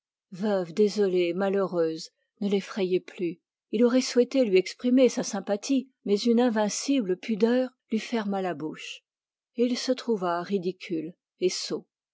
malheureuse ne l'effrayait plus il aurait souhaité lui exprimer sa sympathie mais une invincible pudeur lui ferma la bouche et il se trouva ridicule et sot